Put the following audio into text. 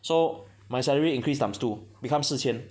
so my salary increase times two become 四千